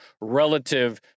relative